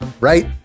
right